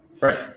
Right